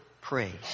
praise